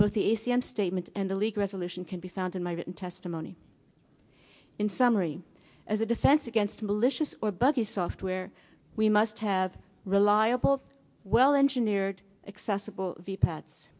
both the a c n statement and the league resolution can be found in my written testimony in summary as a defense against malicious or buggy software we must have reliable well engineered accessible via pats